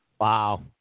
Wow